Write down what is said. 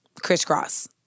crisscross